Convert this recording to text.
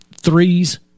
threes